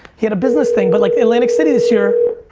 he had a business thing but like, atlantic city this year,